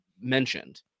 mentioned